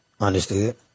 Understood